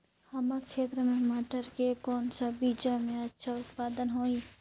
हमर क्षेत्र मे मटर के कौन सा बीजा मे अच्छा उत्पादन होही?